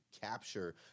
capture